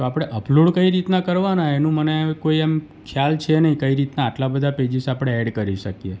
તો આપણે અપલોડ કઈ રીતના કરવાના એનું મને કોઈ એમ ખ્યાલ છે નઈ કઈ રીતના આટલા બધા પેજિસ આપણે એડ કરી શકીએ